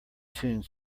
tune